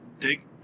dig